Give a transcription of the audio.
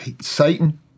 Satan